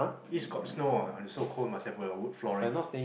east got snow ah so cold must have for wood flooring ah